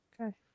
okay